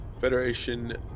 Federation